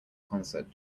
concert